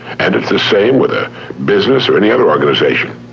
and it's the same with a business or any other organization.